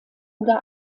oder